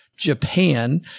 Japan